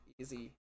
easy